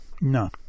No